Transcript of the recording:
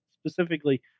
specifically